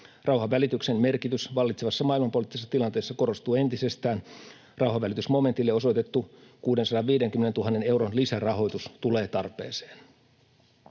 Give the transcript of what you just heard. Rauhanvälityksen merkitys vallitsevassa maailmanpoliittisessa tilanteessa korostuu entisestään. Rauhanvälitys-momentille osoitettu 650 000 euron lisärahoitus tulee tarpeeseen.